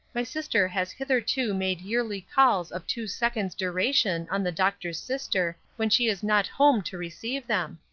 my sister has hitherto made yearly calls of two seconds' duration on the doctor's sister when she is not home to receive them.